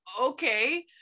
okay